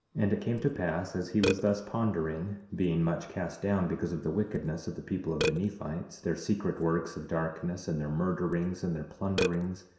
and it came to pass as he was thus pondering being much cast down because of the wickedness of the people of the nephites, their secret works of darkness, and their murderings, and their plunderings,